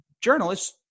journalists